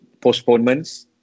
postponements